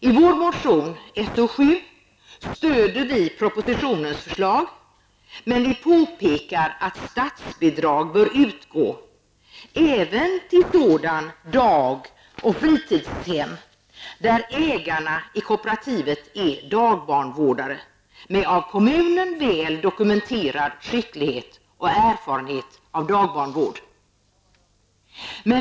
I vår motion So7 stöder vi propositionen, men vi påpekar att statsbidrag bör utgå även till sådana dag och fritidshem, där ägarna i kooperativet är dagbarnvårdare med av kommunen väl dokumenterad skicklighet och erfarenhet av dagbarnvård.